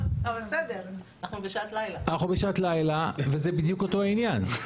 אנחנו בשעת לילדה וזה בדיוק אותו עניין.